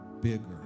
bigger